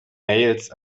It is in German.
mails